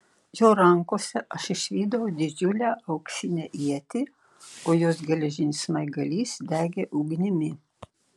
jo rankose aš išvydau didžiulę auksinę ietį o jos geležinis smaigalys degė ugnimi